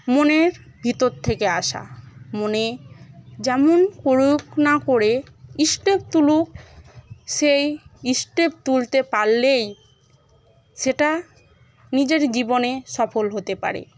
মনের ভিতর থেকে আসা মনে যেমন করুক না করে স্টেপ তুলুক সেই স্টেপ তুলতে পারলেই সেটা নিজের জীবনে সফল হতে পারে